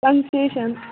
concession